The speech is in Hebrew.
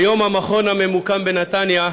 כיום, המכון, הממוקם בנתניה,